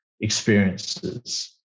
experiences